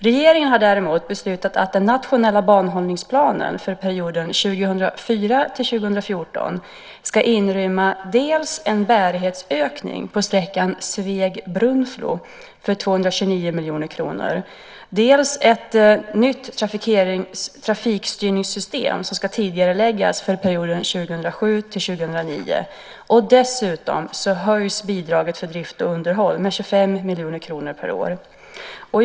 Regeringen har däremot beslutat att den nationella banhållningsplanen för perioden 2004-2014 ska inrymma dels en bärighetshöjning på sträckan Sveg-Brunflo för 229 miljoner kronor, dels ett nytt trafikstyrningssystem som ska tidigareläggas till perioden 2007-2009. Dessutom höjs bidraget för drift och underhåll med 25 miljoner kronor per år.